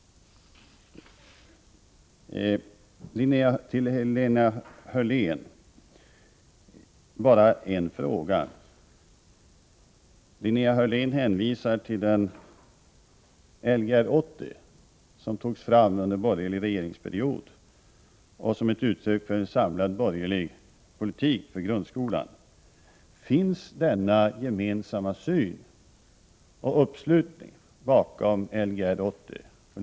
Linnea Hörlén hänvisar till Lgr 80 som togs fram under den borgerliga regeringsperioden som ett uttryck för en samlad borgerlig politik för grundskolan. Finns denna gemensamma syn och uppslutning bakom Lgr 80?